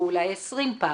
או אולי 20 פעם.